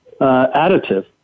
additive